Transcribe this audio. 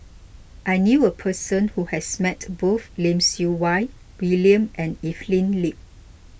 I knew a person who has met both Lim Siew Wai William and Evelyn Lip